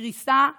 קריסה טוטלית.